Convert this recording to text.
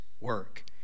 work